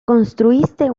construiste